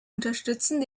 unterstützen